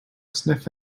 sniff